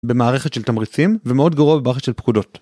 במערכת של תמריצים ומאוד גרוע במערכת של פקודות.